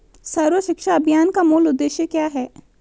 सर्व शिक्षा अभियान का मूल उद्देश्य क्या है?